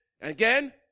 Again